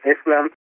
Islam